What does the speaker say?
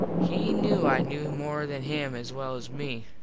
he knew i knew more than him as well as me.